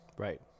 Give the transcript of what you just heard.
Right